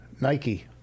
Nike